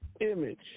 image